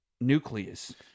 nucleus